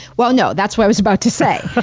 well, no. that's what i was about to say.